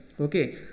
okay